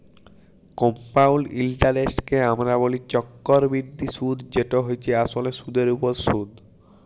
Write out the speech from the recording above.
compound ইলটারেস্টকে আমরা ব্যলি চক্করবৃদ্ধি সুদ যেট হছে আসলে সুদের উপর সুদ